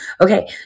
Okay